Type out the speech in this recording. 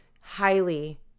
highly